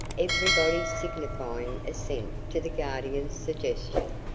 everybody signifying assent to the guardian's suggestion,